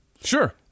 Sure